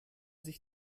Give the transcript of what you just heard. sich